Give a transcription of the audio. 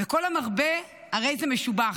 וכל המרבה הרי זה משובח,